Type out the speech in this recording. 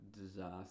disaster